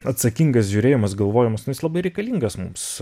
atsakingas žiūrėjimas galvojimas nu jis labai reikalingas mums